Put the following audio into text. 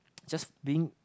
just being